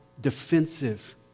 defensive